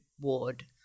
ward